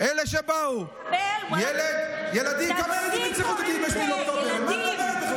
ילד בן חמש זה מחבל?